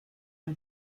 for